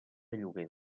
lloguer